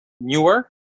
newer